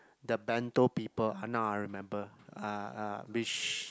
the bento people ah now I remember ah ah